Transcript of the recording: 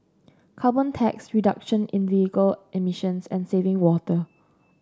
carbon tax reduction in vehicle emissions and saving water